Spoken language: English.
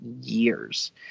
years